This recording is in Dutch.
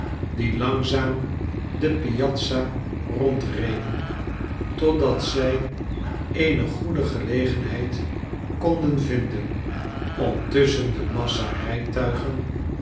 die langzaam de piazza rondreden totdat zij eene goede gelegenheid konden vinden om tusschen de massa rijtuigen